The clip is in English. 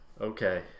okay